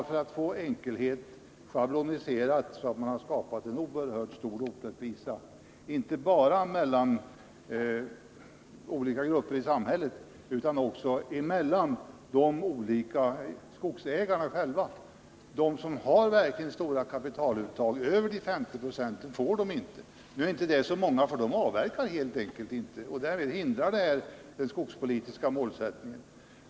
För att få enkelhet har man schabloniserat, så att man skapat en oerhört stor orättvisa inte bara mellan olika grupper i samhället utan också mellan de olika skogsägarna. De "som verkligen har stora kapitaluttag över 50 90 får inte denna förmån. Nu är , det inte så många, för de avverkar helt enkelt inte och hindrar därmed den skogspolitiska målsättningen.